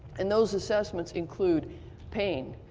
and those assessments include pain.